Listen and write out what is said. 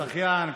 כשחיין,